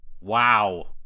Wow